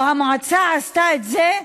או המועצה עשתה את זה,